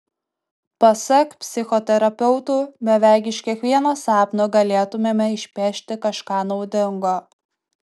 pasak psichoterapeutų beveik iš kiekvieno sapno galėtumėme išpešti kažką naudingo